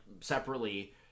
separately